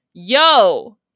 Yo